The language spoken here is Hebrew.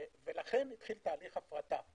לכן התחיל תהליך הפרטה.